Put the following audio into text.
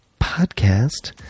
podcast